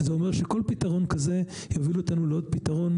זה אומר שכל פתרון כזה יוביל אותנו לעוד פתרון